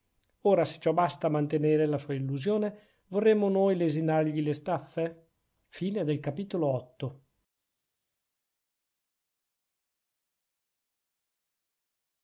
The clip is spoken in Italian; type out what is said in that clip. ora se ciò basta a mantenere la sua illusione vorremo noi lesinargli le staffe i